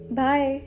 bye